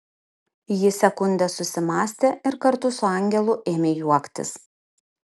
ji sekundę susimąstė ir kartu su angelu ėmė juoktis